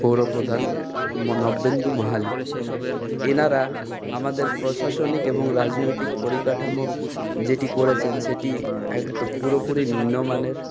পৌর প্রধান নব্যেন্দু মাহালী এঁরা আমাদের প্রশাসনিক এবং রাজনৈতিক পরিকাঠামো যেটি করেছেন সেটি একদম পুরোপুরি নিম্নমানের